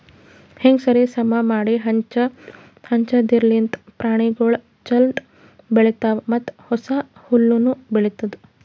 ಹೀಂಗ್ ಸರಿ ಸಮಾ ಮಾಡಿ ಹಂಚದಿರ್ಲಿಂತ್ ಪ್ರಾಣಿಗೊಳ್ ಛಂದ್ ಬೆಳಿತಾವ್ ಮತ್ತ ಹೊಸ ಹುಲ್ಲುನು ಬೆಳಿತ್ತುದ್